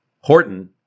Horton